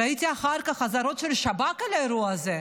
ראיתי אחר כך אזהרות של שב"כ על האירוע הזה.